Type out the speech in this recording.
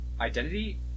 Identity